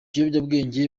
biyobyabwenge